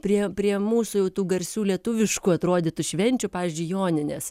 prie prie mūsų jau tų garsių lietuviškų atrodytų švenčių pavyzdžiui joninės